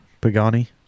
Pagani